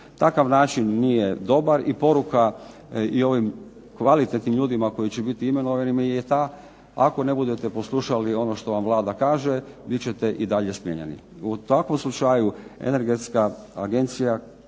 Takav način nije dobar i poruka ovim kvalitetnim ljudima koji će biti imenovani je ta, ako ne budete poslušali ono što vam Vlada kaže biti ćete i dalje smijenjeni. U svakom slučaju energetska agencija